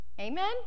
Amen